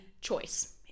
choice